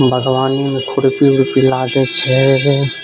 बागवानीमे खुरपी उरपी लागे छै